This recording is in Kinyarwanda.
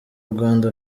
rwanda